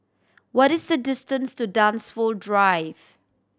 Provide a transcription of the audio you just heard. what is the distance to Dunsfold Drive